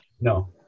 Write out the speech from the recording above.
no